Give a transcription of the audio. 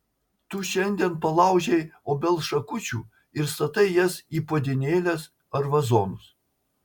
tu šiandien palaužei obels šakučių ir statai jas į puodynėles ar vazonus